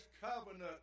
covenant